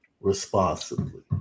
responsibly